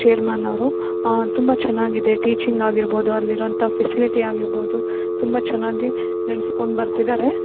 chairman ಅವರು ತುಂಬ ಚೆನ್ನಾಗಿದೆ ಟೀಚಿಂಗ್ ಆಗಿರ್ಬೋದು ಅಲ್ಲಿರುವಂಥ ಫೆಸಿಲಿಟಿ ಆಗಿರ್ಬೋದು ತುಂಬ ಚೆನ್ನಾಗಿ ನಡ್ಸ್ಕೊಂಡು ಬರ್ತಿದ್ದಾರೆ